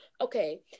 Okay